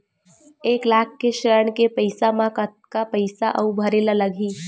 एक लाख के ऋण के पईसा म कतका पईसा आऊ भरे ला लगही?